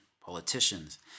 politicians